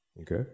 Okay